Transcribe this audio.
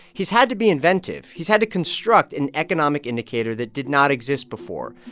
he's had to be inventive. he's had to construct an economic indicator that did not exist before,